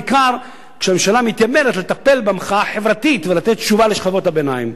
בעיקר כשהממשלה מתיימרת לטפל במחאה החברתית ולתת תשובה לשכבות הביניים,